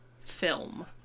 film